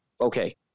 okay